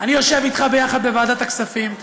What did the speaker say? אני יושב איתך יחד בוועדת הכספים,